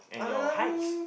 um